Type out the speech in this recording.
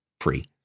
free